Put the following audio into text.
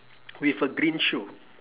with a green shoe